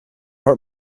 hurt